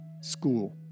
School